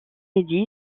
midi